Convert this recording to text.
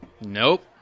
Nope